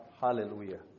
Hallelujah